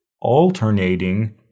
alternating